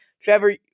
Trevor